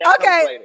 Okay